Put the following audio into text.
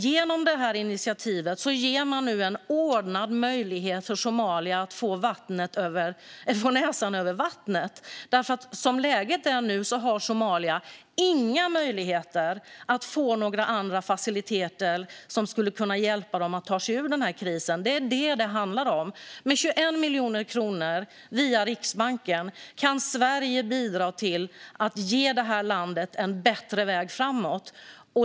Genom det här initiativet ger man nu Somalia en ordnad möjlighet att få näsan över ytan. Som läget är nu har Somalia inga möjligheter att få några andra faciliteter som skulle kunna hjälpa dem att ta sig ur den här krisen. Det är vad det handlar om. Med 21 miljoner kronor, via Riksbanken, kan Sverige bidra till att ge det landet en bättre väg framåt.